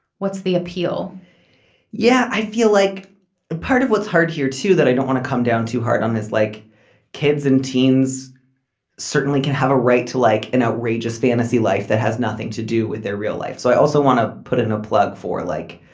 what's the appeal yeah i feel like a part of what's hard here too that i don't want to come down too hard on this like kids and teens certainly can have a right to like an outrageous fantasy life that has nothing to do with their real life. so i also want to put in a plug for like